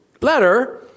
letter